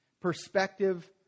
Perspective